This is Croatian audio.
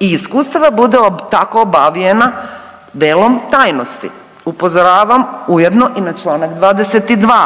i iskustava bude tako obavijena velom tajnosti. Upozoravam ujedno i na čl. 22.